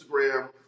Instagram